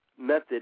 method